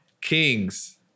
Kings